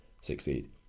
succeed